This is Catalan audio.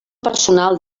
personal